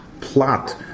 plot